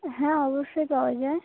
হ্যাঁ অবশ্যই পাওয়া যায়